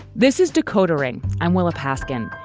this is decoder ring and willa paskin.